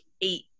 eight